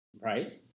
right